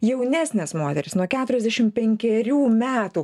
jaunesnės moterys nuo keturiasdešim penkerių metų